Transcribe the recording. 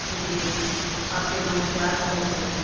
جی آپ کے گاؤں میں کیا سب ہوتے ہیں